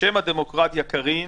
בשם הדמוקרטיה, קארין,